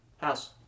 house